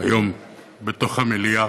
היום בתוך המליאה.